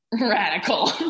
radical